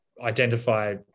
identify